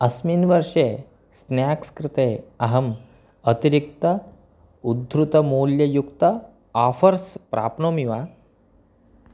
अस्मिन् वर्षे स्नेक्स् कृते अहम् अतिरिक्त उद्धृतमूल्ययुक्त आफ़र्स् प्राप्नोमि वा